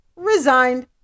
resigned